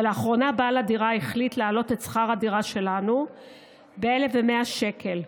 אבל לאחרונה בעל הדירה החליט להעלות את שכר הדירה שלנו ב-1,100 שקלים,